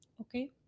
Okay